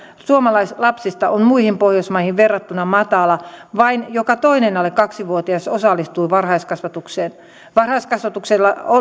suomalaislapsista on muihin pohjoismaihin verrattuna matala vain joka toinen alle kaksivuotias osallistuu varhaiskasvatukseen varhaiskasvatuksella